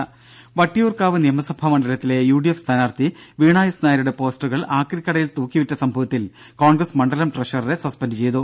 ദേഴ വട്ടിയൂർക്കാവ് നിയമസഭ മണ്ഡലത്തിലെ യുഡിഎഫ് സ്ഥാനാർഥി വീണ എസ് നായരുടെ പോസ്റ്ററുകൾ ആക്രിക്കടയിൽ തൂക്കിവിറ്റ സംഭവത്തിൽ കോൺഗ്രസ് മണ്ഡലം ട്രഷററെ സസ്പെൻഡ് ചെയ്തു